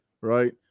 right